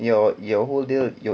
your your whole day your